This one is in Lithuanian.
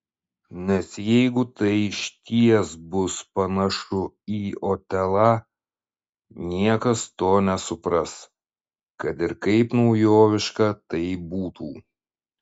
nes jeigu tai išties bus panašu į otelą niekas to nesupras kad ir kaip naujoviška tai būtų